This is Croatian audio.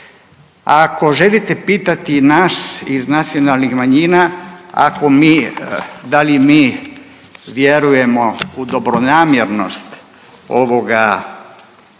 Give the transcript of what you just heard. ako želite pitati nas iz nacionalnih manjina ako mi, da li mi vjerujemo u dobronamjernost ovoga